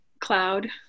cloud